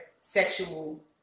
sexual